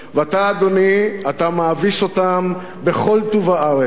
ואתה, אדוני, אתה מאביס אותם בכל טוב הארץ.